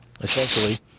essentially